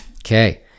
Okay